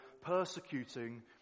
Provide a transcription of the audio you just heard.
persecuting